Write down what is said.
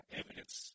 evidence